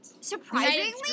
Surprisingly